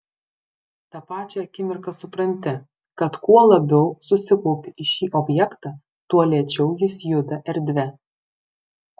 tą pačią akimirką supranti kad kuo labiau susikaupi į šį objektą tuo lėčiau jis juda erdve